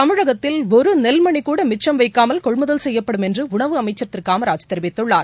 தமிழகத்தில் ஒரு நெல்மணிகூட மிச்சம் வைக்காமல் கொள்முதல் செய்யப்படும் என்று உணவு அமைச்சர் திரு காமராஜ் தெரிவித்துள்ளார்